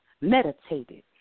meditated